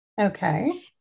Okay